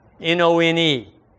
N-O-N-E